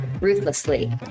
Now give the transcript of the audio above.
ruthlessly